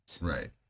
Right